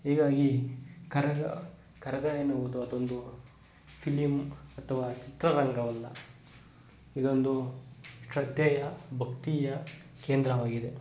ಈಗ ಈ ಕರಗ ಕರಗ ಎನ್ನುವುದು ಅದೊಂದು ಫಿಲಿಮ್ ಅಥವಾ ಚಿತ್ರರಂಗವನ್ನು ಇದೊಂದು ಶ್ರದ್ಧೆಯ ಭಕ್ತಿಯ ಕೇಂದ್ರವಾಗಿದೆ